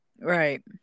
Right